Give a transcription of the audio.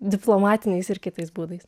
diplomatiniais ir kitais būdais